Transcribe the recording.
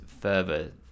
further